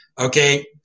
Okay